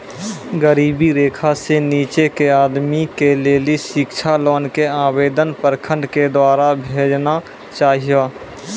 गरीबी रेखा से नीचे के आदमी के लेली शिक्षा लोन के आवेदन प्रखंड के द्वारा भेजना चाहियौ?